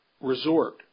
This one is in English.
resort